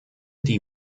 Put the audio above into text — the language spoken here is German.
die